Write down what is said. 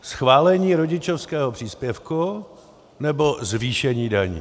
Schválení rodičovského příspěvku, nebo zvýšení daní?